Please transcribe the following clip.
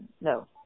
No